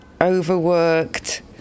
overworked